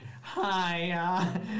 hi